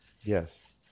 Yes